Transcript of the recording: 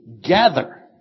gather